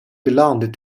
belonged